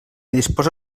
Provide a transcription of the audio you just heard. disposa